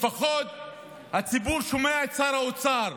לפחות הציבור שומע את שר האוצר.